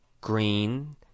green